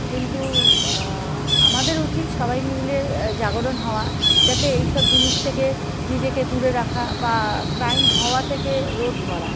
কিন্তু আমাদের উচিত সবাই মিলে জাগরণ হওয়া যাতে এইসব জিনিস থেকে নিজেকে দূরে রাখা বা ক্রাইম হওয়া থেকে রোধ করা